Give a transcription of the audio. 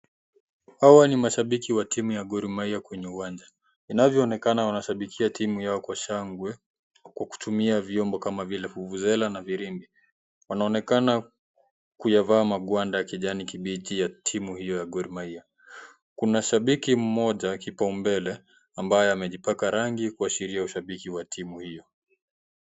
Hawa ni mashabiki wa timu ya Gor Mahia kwenye uwanja, inavyoonekana wanashabikia timu yao kwa shangwe kwa kutumia vyombo kama vile vuvuzela na firimbi wanaonekana kuyavaa magwanda ya kijani kibichi ya timu hiyo ya (cs)Gor Mahia(cs),kuna shabiki mmoja kibao mbele ambaye amejipaka rangi kuashiria ushabiki wa timu hiyo.